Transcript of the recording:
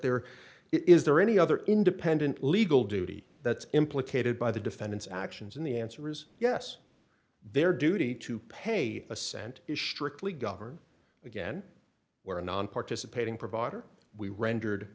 there is there any other independent legal duty that's implicated by the defendant's actions and the answer is yes their duty to pay a cent is strictly govern again where a nonparticipating provider we rendered